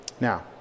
Now